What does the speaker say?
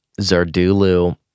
Zardulu